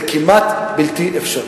זה כמעט בלתי אפשרי.